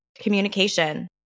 communication